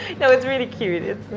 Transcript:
that was really cute.